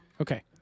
Okay